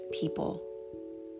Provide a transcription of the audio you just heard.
people